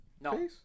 No